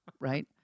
Right